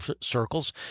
circles